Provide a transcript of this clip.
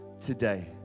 today